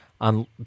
on